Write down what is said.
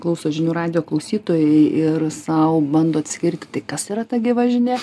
klauso žinių radijo klausytojai ir sau bando atskirti tai kas yra ta gyva žinia